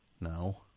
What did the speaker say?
No